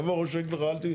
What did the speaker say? יבוא ראש עיר יגיד לך תעצור,